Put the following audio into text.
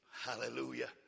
Hallelujah